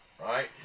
right